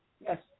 Yes